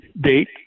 date